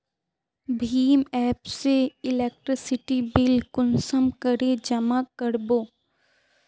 भीम app से electricity bill कुंसम करे जमा कर बो?